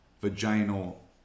Vaginal